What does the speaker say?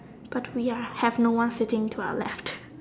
but we are have no one sitting to our left